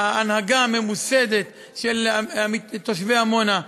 ההנהגה הממוסדת של תושבי עמונה,